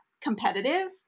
competitive